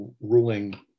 ruling